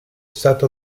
stata